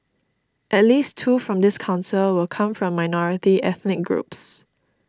at least two from this Council will come from minority ethnic groups